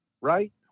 right